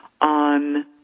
on